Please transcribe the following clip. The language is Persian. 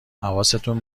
حواستون